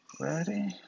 ready